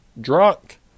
drunk